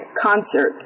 concert